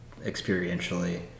Experientially